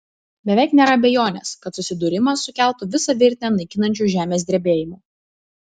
beveik nėra abejonės kad susidūrimas sukeltų visą virtinę naikinančių žemės drebėjimų